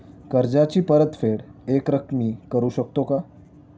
कर्जाची परतफेड एकरकमी करू शकतो का?